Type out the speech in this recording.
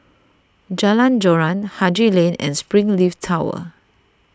Jalan Joran Haji Lane and Springleaf Tower